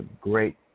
Great